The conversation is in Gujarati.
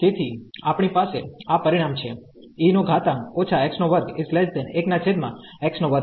તેથી આપણી પાસે આ પરિણામ છે ટર્મ